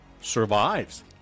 survives